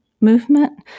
movement